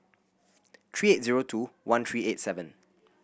three eight zero two one three eight seven